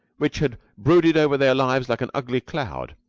which had brooded over their lives like an ugly cloud,